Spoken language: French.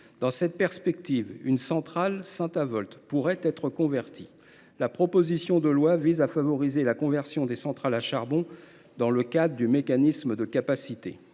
Dans cette perspective, une centrale, en l’occurrence celle de Saint Avold, pourrait être convertie. La proposition de loi vise à favoriser la conversion des centrales à charbon dans le cadre du mécanisme de capacité.